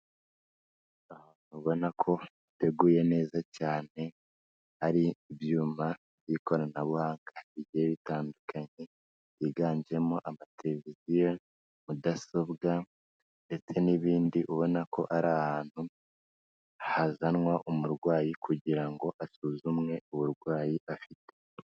Ubona ko hateguye neza cyane, hari ibyumba by'ikoranabuhanga bigihe bitandukanye higanjemo; amatereviziyo, mudasobwa ndetse n'ibindi, ubona ko ari ahantu hazanwa umurwayi kugira ngo asuzumwe uburwayi afite.